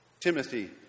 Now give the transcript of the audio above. Timothy